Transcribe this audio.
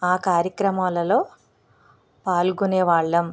ఆ కార్యక్రమాలలో పాల్గొనే వాళ్ళం